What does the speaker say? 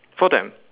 for them